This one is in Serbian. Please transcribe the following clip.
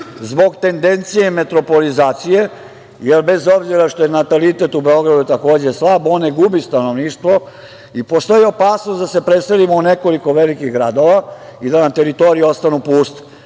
zbog tendencije metropolizacije, jer bez obzira što je natalitet u Beogradu takođe slab, on ne gubi stanovništvo i postoji opasnost da se preselimo u nekoliko velikih gradova i da nam teritorije ostanu puste.